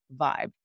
vibe